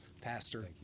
Pastor